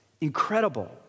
Incredible